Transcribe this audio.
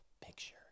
picture